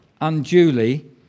unduly